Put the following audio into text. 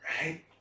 right